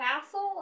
castle